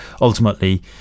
ultimately